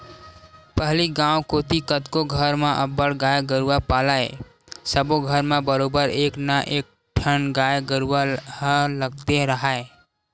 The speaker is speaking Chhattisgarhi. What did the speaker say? पहिली गांव कोती कतको घर म अब्बड़ गाय गरूवा पालय सब्बो घर म बरोबर एक ना एकठन गाय गरुवा ह लगते राहय